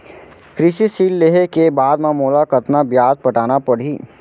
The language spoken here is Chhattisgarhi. कृषि ऋण लेहे के बाद म मोला कतना ब्याज पटाना पड़ही?